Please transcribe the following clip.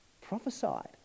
prophesied